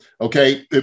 okay